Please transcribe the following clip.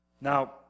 Now